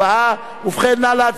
נא להצביע בקריאה שנייה,